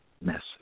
message